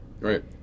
Right